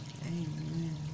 Amen